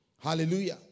Hallelujah